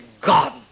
God